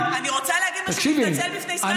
אני רוצה להגיד משהו ולהתנצל בפני סגן השר על משהו.